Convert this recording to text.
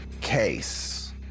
case